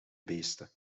beesten